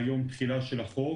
מיום תחילת החוק.